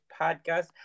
podcast